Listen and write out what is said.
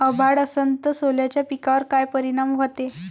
अभाळ असन तं सोल्याच्या पिकावर काय परिनाम व्हते?